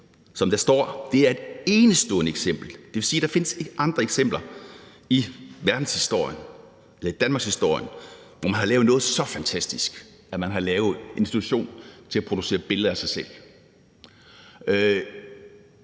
Som der står, er det »et enestående eksempel«, og det vil sige, at der ikke findes andre eksempler i verdenshistorien eller i danmarkshistorien på, at man har lavet noget så fantastisk, nemlig lavet en institution til at producere billeder af sig selv.